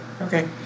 Okay